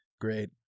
Great